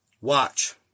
Watch